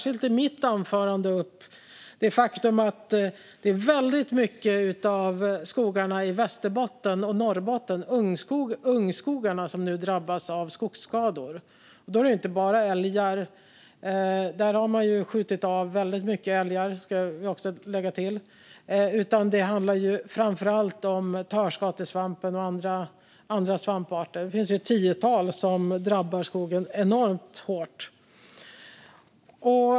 I mitt anförande lyfte jag särskilt upp att mycket av skogarna i Norrbotten och Västerbotten, ungskogarna, nu drabbas av skogsskador. Det beror inte bara på älgar; där har man skjutit av väldigt många älgar. Det handlar framför allt om törskatesvampen och andra svamparter. Det finns ett tiotal svampar som drabbar skogen enormt hårt.